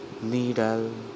needle